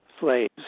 slaves